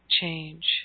change